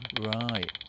Right